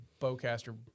bowcaster